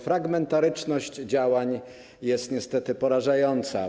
Fragmentaryczność działań jest niestety porażająca.